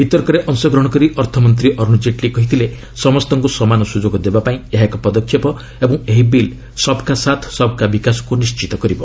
ବିତର୍କରେ ଅଂଶଗ୍ରହଣ କରି ଅର୍ଥମନ୍ତ୍ରୀ ଅରୁଣ ଜେଟଲୀ କହିଥିଲେ ସମସ୍ତଙ୍କୁ ସମାନ ସୁଯୋଗ ଦେବା ପାଇଁ ଏହା ଏକ ପଦକ୍ଷେପ ଏବଂ ଏହି ବିଲ୍ 'ସବ୍ କା ସାଥ୍ ସବ୍କା ବିକାଶ'କୁ ନିଶ୍ଚିତ କରିବ